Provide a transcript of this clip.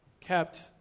kept